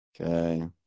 Okay